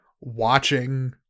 watching